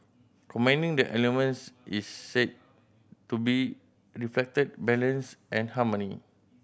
combining the elements is said to be reflected balance and harmony